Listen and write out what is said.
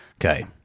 Okay